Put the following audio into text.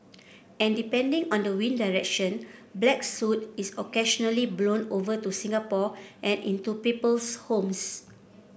and depending on the wind direction black soot is occasionally blown over to Singapore and into people's homes